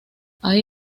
hay